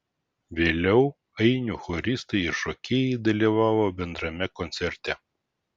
vėliau ainių choristai ir šokėjai dalyvavo bendrame koncerte